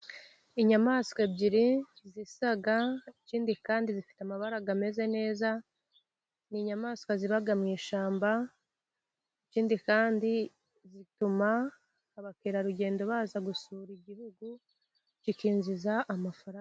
Inyamaswa ebyiri zisa, ikindi kandi zifite amabara ameze neza n'inyamaswa ziba mu ishyamba, ikindi kandi zituma abakerarugendo baza gusura igihugu, kikinjiza amafaranga.